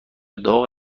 داغ